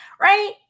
Right